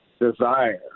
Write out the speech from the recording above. desire